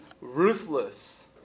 ruthless